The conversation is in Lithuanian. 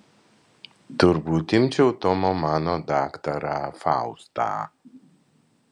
turbūt imčiau tomo mano daktarą faustą